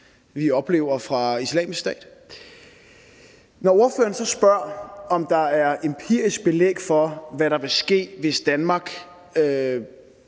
vi oplever fra Islamisk Stats side. Når ordføreren så spørger, om der er empirisk belæg for, hvad der vil ske, hvis Danmark